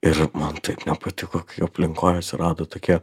ir man taip nepatiko kai jo aplinkoj atsirado tokie